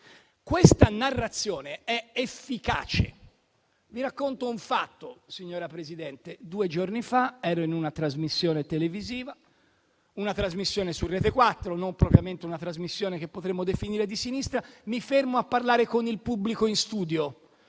Questa narrazione è efficace. Vi racconto un fatto. Signora Presidente, due giorni fa partecipavo a una trasmissione televisiva su Rete 4, non propriamente una trasmissione che potremmo definire di sinistra. Mi fermo a parlare con il pubblico in studio,